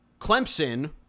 clemson